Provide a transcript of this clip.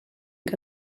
que